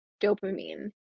dopamine